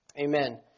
Amen